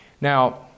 Now